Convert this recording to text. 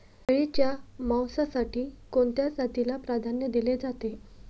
शेळीच्या मांसासाठी कोणत्या जातीला प्राधान्य दिले जाते?